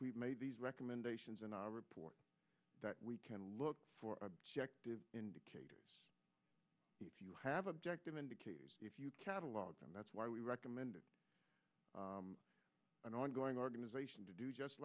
we've made these recommendations in our report that we can look for objective indicators if you have objective indicators if you catalog them that's why we recommend an ongoing organization to do just